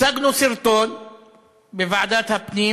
הצגנו סרטון בוועדת הפנים,